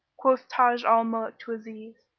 quoth taj al-muluk to aziz,